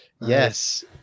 yes